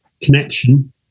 connection